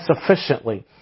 sufficiently